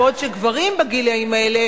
בעוד גברים בגילים האלה,